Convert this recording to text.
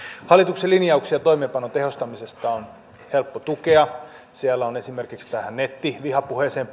hallituksen linjauksia toimeenpanon tehostamisesta on helppo tukea siellä on esimerkiksi tähän nettivihapuheeseen